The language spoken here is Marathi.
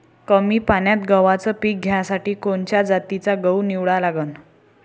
कमी पान्यात गव्हाचं पीक घ्यासाठी कोनच्या जातीचा गहू निवडा लागन?